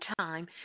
time